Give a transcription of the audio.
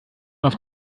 auf